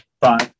five